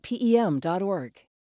PEM.org